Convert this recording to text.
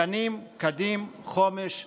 גנים, כדים, חומש ושא-נור.